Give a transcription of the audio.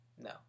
No